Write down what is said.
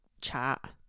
chat